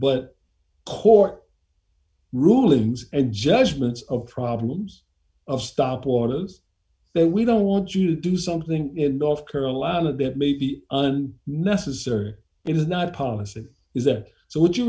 but court rulings and judgments of problems of stop waters then we don't want you to do something in north carolina that maybe and necessary it is not policy is it so would you